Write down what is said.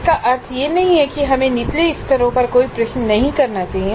इसका अर्थ यह नहीं है कि हमें निचले स्तरों पर कोई प्रश्न नहीं करना चाहिए